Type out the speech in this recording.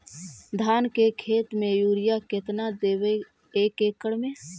धान के खेत में युरिया केतना देबै एक एकड़ में?